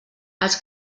els